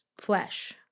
flesh